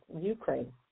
Ukraine